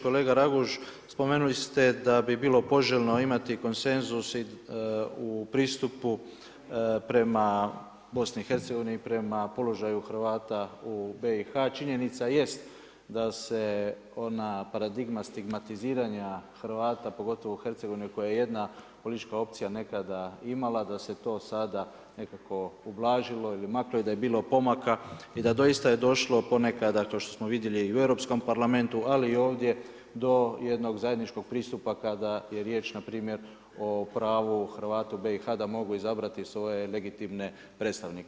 Kolega Raguž, spomenuli ste da bi bilo poželjno imati konsenzus u pristupu prema BiH-u i prema položaju Hrvata u BiH-u. činjenica jest da se ona paradigma stigmatiziranja Hrvata pogotovo u Hercegovini koja je jedna politička opcija nekada imala, da se to sada nekako ublažilo ili maklo i daje bilo pomaka i da doista je došlo po nekada kao što smo vidjeli i u Europskom parlamentu ali i ovdje do jednog zajedničkog pristupa kada je riječ npr. o pravu Hrvatima u BiH-a, da mogu izabrati svoje legitimne predstavnike.